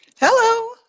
hello